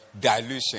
dilution